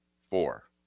Four